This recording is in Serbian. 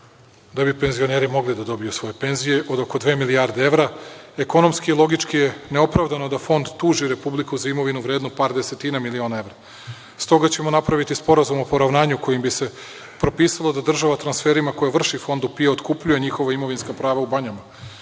da bi penzioneri mogli da dobiju svoje penzije, od oko dve milijarde evra, ekonomski i logički je neopravdano da Fond tuži Republiku za imovinu vrednu par desetina miliona evra. Stoga ćemo napraviti sporazum o poravnanju kojim bi se propisalo da država transferima koje vrši Fond PIO otkupljuje njihova imovinska prava u banjama.